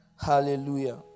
Hallelujah